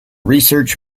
research